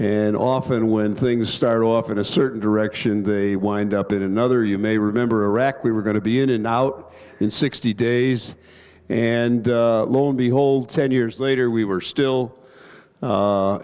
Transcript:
and often when things start off in a certain direction they wind up in another you may remember iraq we were going to be in and out in sixty days and lo and behold ten years later we were still